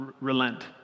relent